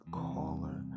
caller